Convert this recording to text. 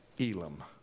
Elam